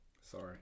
Sorry